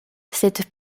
cette